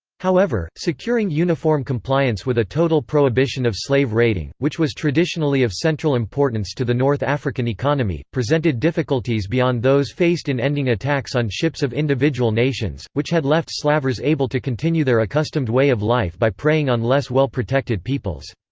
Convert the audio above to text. however, securing uniform compliance with a total prohibition of slave-raiding, which was traditionally of central importance to the north african economy, presented difficulties beyond those faced in ending attacks on ships of individual nations, which had left slavers able to continue their accustomed way of life by preying on less well-protected peoples.